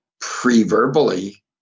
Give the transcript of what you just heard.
pre-verbally